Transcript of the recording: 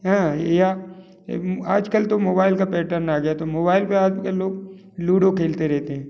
हाँ या आज कल तो मोबाइल का पैटर्न आ गया तो मोबाइल पर आज कल लोग लूडो खेलते रहते हैं